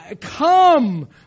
come